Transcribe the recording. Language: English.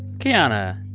kiana,